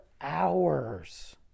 hours